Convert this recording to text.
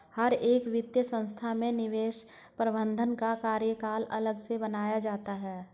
हर एक वित्तीय संस्था में निवेश प्रबन्धन का कार्यालय अलग से बनाया जाता है